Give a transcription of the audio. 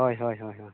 ᱦᱳᱭ ᱦᱳᱭ ᱦᱳᱭ